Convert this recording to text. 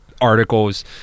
articles